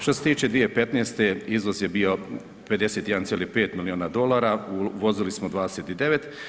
Što se tiče 2015. izvoz je bio 51,5 milijuna dolara, uvozili smo 29.